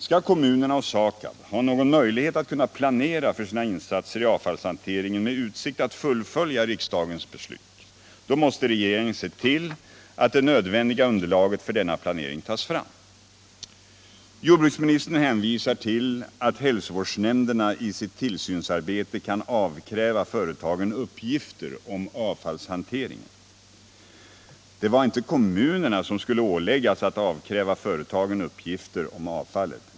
Om kommunerna och SAKAB skall få någon möjlighet att planera för sina insatser i avfallshanteringen med utsikt att fullfölja riksdagens beslut måste regeringen se till att det nödvändiga underlaget för denna planering tas fram. Jordbruksministern hänvisar till att hälsovårdsnämnderna i sitt tillsynsarbete kan avkräva företagen uppgifter om avfallshanteringen. Men det var inte kommunerna som skulle åläggas att avkräva företagen uppgifter om avfallet.